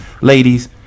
Ladies